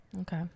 Okay